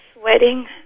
sweating